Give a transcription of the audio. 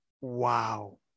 Wow